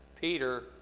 Peter